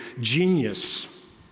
genius